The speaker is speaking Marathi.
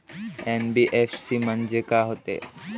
एन.बी.एफ.सी म्हणजे का होते?